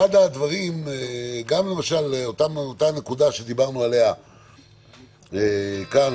גם אותה נקודה שדיברנו עליה כאן,